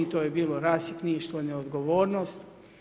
To je bilo rasipništvo, neodgovornost.